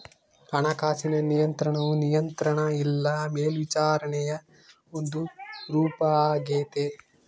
ಹಣಕಾಸಿನ ನಿಯಂತ್ರಣವು ನಿಯಂತ್ರಣ ಇಲ್ಲ ಮೇಲ್ವಿಚಾರಣೆಯ ಒಂದು ರೂಪಾಗೆತೆ